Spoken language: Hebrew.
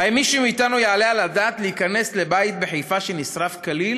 האם מישהו מאתנו יעלה על הדעת להיכנס לבית בחיפה שנשרף כליל